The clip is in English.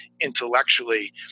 intellectually